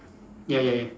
ya ya ya